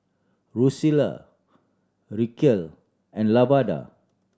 Julisa Racquel and Lavada